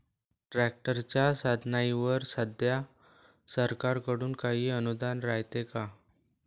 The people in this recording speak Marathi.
ट्रॅक्टरच्या साधनाईवर सध्या सरकार कडून काही अनुदान रायते का?